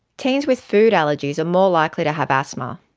teams with food allergies are more likely to have asthma.